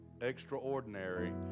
extraordinary